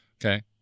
okay